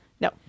No